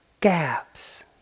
gaps